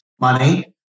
Money